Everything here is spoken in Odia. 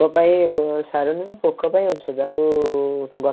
ପୋକପାଇଁ ସାର ନୁହଁ ପୋକପାଇଁ ଔଷଧ ଆଉ ଗଛ